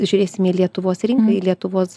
žiūrėsime į lietuvos rinką į lietuvos